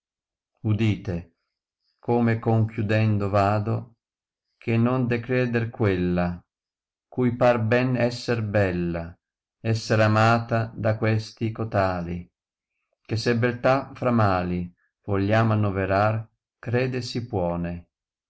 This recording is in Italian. udite come conchiudendo vado che non de creder quella cui par ben esser bella essere amata da questi ootali che se beltà fra mali vogliamo annoverar creder ai puone